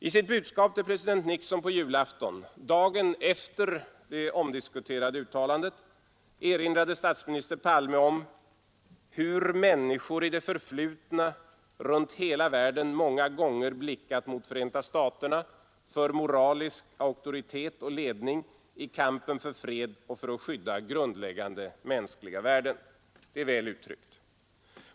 I sitt budskap till president Nixon på julafton — dagen efter det omdiskuterade uttalandet — erinrade statsminister Palme om hur ”människor i det förflutna runt hela världen många gånger blickat mot Förenta staterna för moralisk auktoritet och ledning i kampen för fred och för att skydda grundläggande mänskliga värden”. Det är väl uttryckt.